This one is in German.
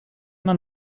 man